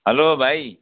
हलो भाइ